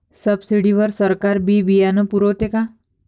Subsidy वर सरकार बी बियानं पुरवते का?